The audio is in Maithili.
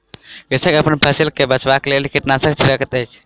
कृषक अपन फसिल के बचाबक लेल कीटनाशक छिड़कैत अछि